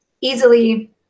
easily